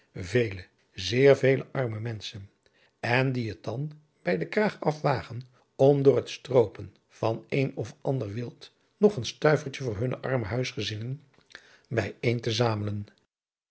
vele zeer vele arme mencshen en die het dan bij den kraag af wagen om door het stroopen van een of ander wild nog een stuivertje voor hunne arme huigezinnen bij een te zamelen